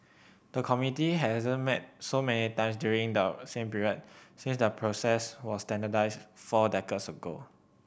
the committee hasn't met so many times during the same period since the process was standardised four decades ago